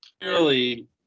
clearly